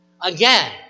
Again